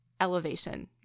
elevation